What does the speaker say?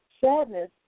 Sadness